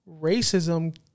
racism